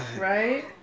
Right